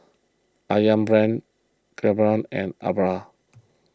Ayam Brand Revlon and Alba